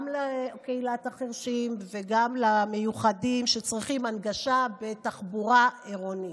גם לקהילת החירשים וגם למיוחדים שצריכים הנגשה בתחבורה עירונית.